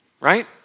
right